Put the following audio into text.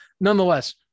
Nonetheless